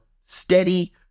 steady